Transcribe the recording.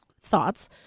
thoughts